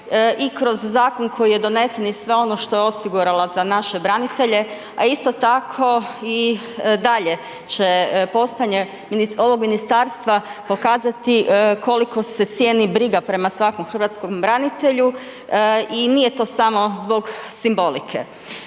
i kroz zakon koji je donesen i sve ono što je osigurala za naše branitelje, a isto tako i dalje će postojanje ovog ministarstva pokazati koliko se cijeni briga prema svakom hrvatskom branitelji i nije to samo zbog simbolike.